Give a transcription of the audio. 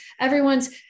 everyone's